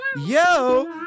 Yo